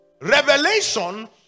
Revelation